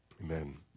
Amen